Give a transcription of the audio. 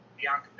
Bianca